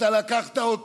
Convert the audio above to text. אתה לקחת אותנו